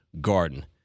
Garden